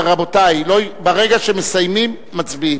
רבותי, ברגע שמסיימים מצביעים.